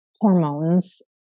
hormones